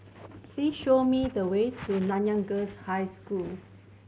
please show me the way to Nanyang Girls' High School